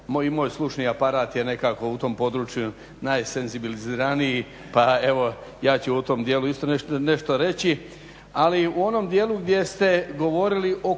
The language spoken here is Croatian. moj slušni aparat je nekako u tom području najsenzibiliziraniji pa evo ja ću o tom dijelu isto nešto reći. Ali u onom dijelu gdje ste govorili o